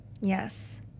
Yes